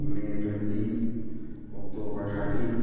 may twenty October thirty